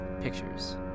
Pictures